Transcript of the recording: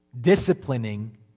disciplining